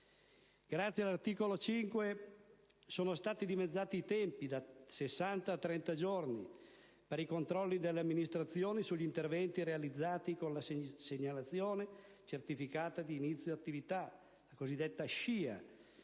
grazie all'articolo 5 sono stati dimezzati i tempi (da 60 a 30 giorni) per i controlli delle amministrazioni sugli interventi realizzati con la Segnalazione certificata di inizio attività (SCIA),